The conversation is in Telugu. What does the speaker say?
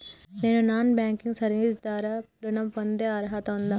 నేను నాన్ బ్యాంకింగ్ సర్వీస్ ద్వారా ఋణం పొందే అర్హత ఉందా?